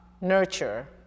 nurture